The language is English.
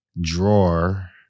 drawer